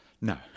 No